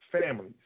Families